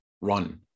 run